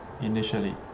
initially